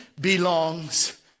belongs